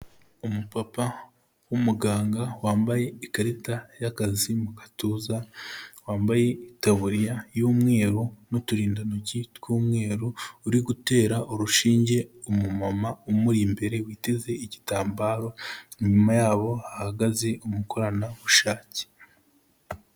Umupapa w'umuganga wambaye ikarita y'akazi mu gatuza, wambaye itaburiya y'umweru n'uturindantoki tw'umweru, uri gutera urushinge umumama umuri imbere witeze igitambaro inyuma yabo hahagaze umukoranabushake.